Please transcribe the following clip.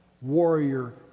warrior